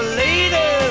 later